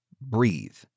breathe